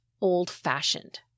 old-fashioned